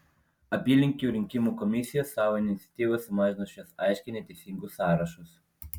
apylinkių rinkimų komisijos savo iniciatyva sumažino šiuos aiškiai neteisingus sąrašus